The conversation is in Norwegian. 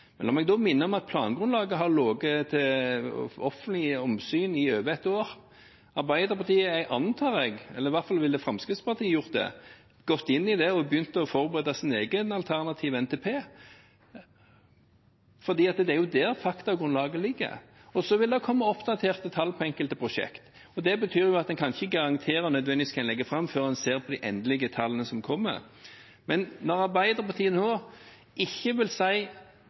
La meg da minne om at plangrunnlaget har vært tilgjengelig for offentlig innsyn i over ett år. Jeg antar at Arbeiderpartiet ville – i hvert fall ville Fremskrittspartiet gjort det – gått inn i det og begynt å forberede sine egen, alternative NTP, for det er jo der faktagrunnlaget ligger. Og så vil det komme oppdaterte tall på enkelte prosjekt. Det betyr at en ikke kan garantere hva en legger fram, før en ser de endelige tallene som kommer. Men når Arbeiderpartiet nå ikke vil